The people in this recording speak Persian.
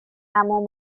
عمو